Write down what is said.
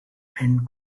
and